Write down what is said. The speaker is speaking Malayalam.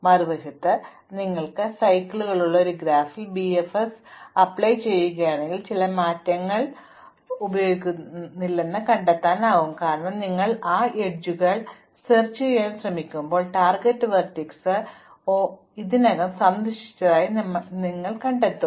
മറുവശത്ത് നിങ്ങൾ സൈക്കിളുകളുള്ള ഒരു ഗ്രാഫിൽ BFS പ്രവർത്തിപ്പിക്കുകയാണെങ്കിൽ ചില അറ്റങ്ങൾ ഉപയോഗിക്കുന്നില്ലെന്ന് നിങ്ങൾ കണ്ടെത്തും കാരണം നിങ്ങൾ ആ അരികുകൾ പര്യവേക്ഷണം ചെയ്യാൻ ശ്രമിക്കുമ്പോൾ ടാർഗെറ്റ് വെർട്ടെക്സ് ഇതിനകം സന്ദർശിച്ചതായി നിങ്ങൾ കണ്ടെത്തും